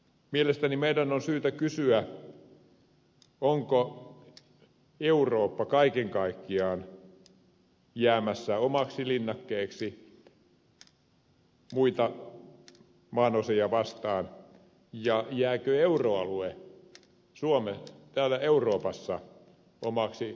mielestäni meidän on syytä kysyä onko eurooppa kaiken kaikkiaan jäämässä omaksi linnakkeeksi muita maanosia vastaan ja jääkö euroalue täällä euroopassa omaksi linnakkeekseen